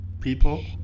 people